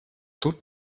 тут